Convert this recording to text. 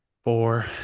four